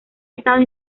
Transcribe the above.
estado